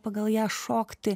pagal ją šokti